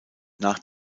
nach